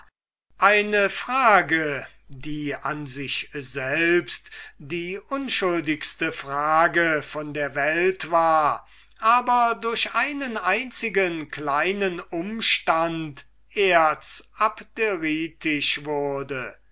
eine frage die an sich selbst die unschuldigste frage von der welt war aber durch einen einzigen kleinen umstand erzabderitisch wurde